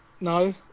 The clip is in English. No